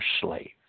slave